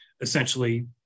essentially